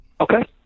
Okay